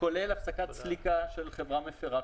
כולל הפסקת סליקה של חברה מפרה,